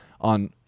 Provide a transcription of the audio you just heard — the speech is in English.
on